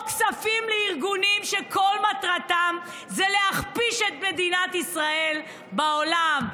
כספים לארגונים שכל מטרתם זה להכפיש את מדינת ישראל בעולם?